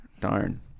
Darn